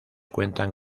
cuentan